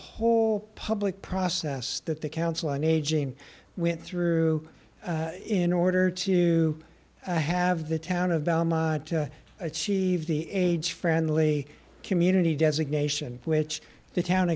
whole public process that the council on aging went through in order to have the town of belmont to achieve the aids friendly community designation which the town